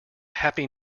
happy